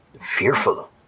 fearful